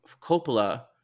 Coppola